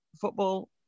football